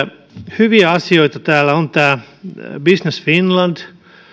hyviä asioita täällä on business finland